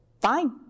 fine